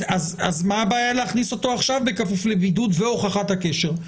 אז מה הבעיה להכניס אותו עכשיו בכפוף לבידוד והוכחת הקשר?